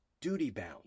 duty-bound